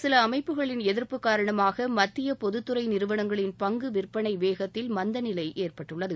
சில அமைப்புகள் எதிர்ப்பு காரணமாக மத்திய பொதுத்துறை நிறுவனங்களின் பங்கு விற்பனை வேகத்தில் மந்தநிலை ஏற்பட்டுள்ளது